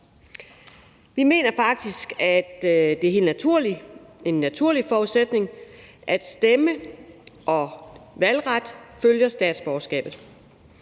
Vi mener faktisk, at det er en helt naturlig forudsætning, at stemme- og valgret følger statsborgerskabet.